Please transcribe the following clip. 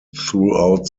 throughout